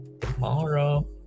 tomorrow